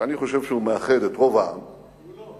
שאני חושב שהוא מאחד את רוב העם, הוא לא.